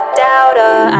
doubter